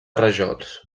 rajols